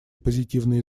позитивные